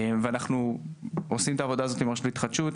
אנחנו עושים את העבודה הזאת עם הרשות להתחדשות,